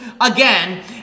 again